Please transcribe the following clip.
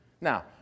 Now